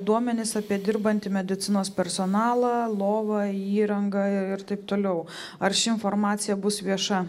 duomenis apie dirbantį medicinos personalą lovą įrangą ir taip toliau ar ši informacija bus vieša